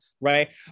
right